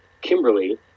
Kimberly